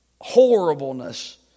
horribleness